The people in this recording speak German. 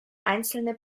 einzelne